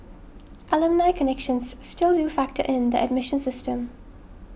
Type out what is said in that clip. alumni connections still do factor in the admission system